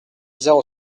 zéro